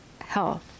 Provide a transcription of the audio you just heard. health